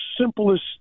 simplest